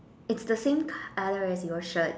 it's the same colour as your shirt